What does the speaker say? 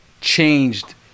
changed